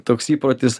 toks įprotis